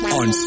on